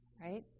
right